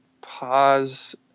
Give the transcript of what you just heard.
pause